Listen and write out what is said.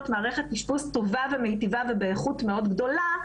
מערכת אשפוז טובה ומיטיבה ובאיכות מאוד גדולה,